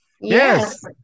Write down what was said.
Yes